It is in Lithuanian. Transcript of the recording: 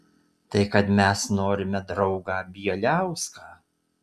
tai kad mes norime draugą bieliauską